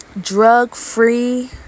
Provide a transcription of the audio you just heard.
drug-free